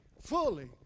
fully